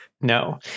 No